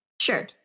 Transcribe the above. Sure